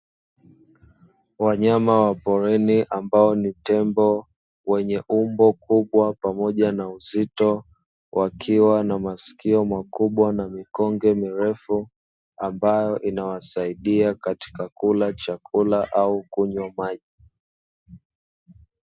Wanyama wa porini ambao ni Tembo wenye umbo kubwa pamoja na uzito wakiwa na masikio makubwa na mikonge mirefu, ambayo inawasaidia katika kula chakula au kunywa maji.